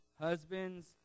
Husbands